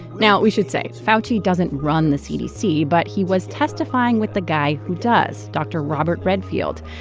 now, we should say fauci doesn't run the cdc, but he was testifying with the guy who does, dr. robert redfield.